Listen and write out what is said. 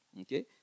Okay